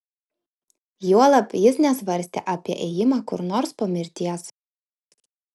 juolab jis nesvarstė apie ėjimą kur nors po mirties